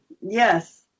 Yes